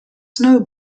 snow